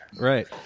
Right